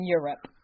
Europe